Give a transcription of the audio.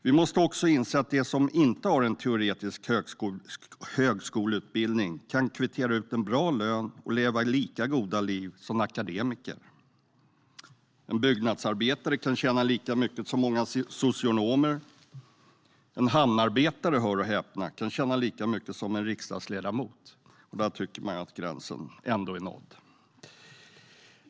Vi måste också inse att de som inte har en teoretisk högskoleutbildning kan kvittera ut en bra lön och leva lika goda liv som akademiker kan. En byggnadsarbetare kan tjäna lika mycket som många socionomer. En hamnarbetare - hör och häpna - kan tjäna lika mycket som en riksdagsledamot, men där tycker man att gränsen ändå är nådd.